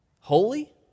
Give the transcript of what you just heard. Holy